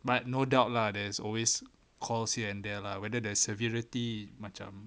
but no doubt lah there's always calls here and there lah whether their severity macam